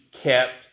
kept